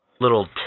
little